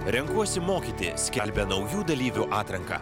renkuosi mokyti skelbia naujų dalyvių atranką